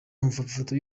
mafoto